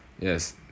yes